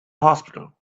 hospital